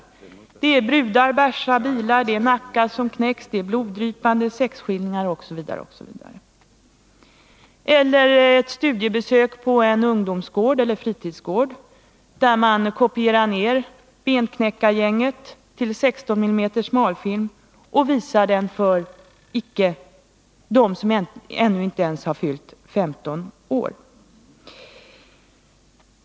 I dem handlar det om brudar, bärsa, bilar, nackar som knäcks, bloddrypande sexskildringar osv. Britt Mogård skulle också kunna göra ett studiebesök på en ungdomsgård eller en fritidsgård, där man kopierar Benknäckargänget till 16 mm smalfilm och visar den för dem som ännu inte har fyllt 15 år.